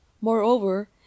Moreover